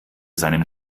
seinen